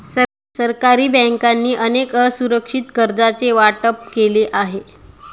सरकारी बँकांनी अनेक असुरक्षित कर्जांचे वाटप केले आहे